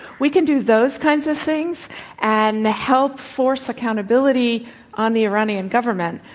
we can do those kinds of things and help force accountability on the iranian government.